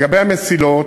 לגבי המסילות,